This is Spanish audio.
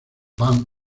van